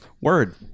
Word